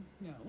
No